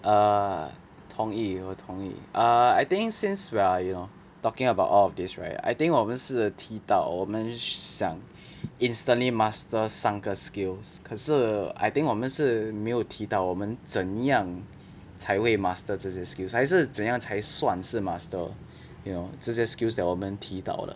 err 同意我同意 err I think since we're you know talking about all of this right I think 我们是提到我们想 instantly master 三个 skills 可是 I think 我们是没有提到我们怎么样才会 master 这些 skills 还是怎样才算是 master you know 这些 skills that 我们提到的